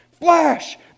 Flash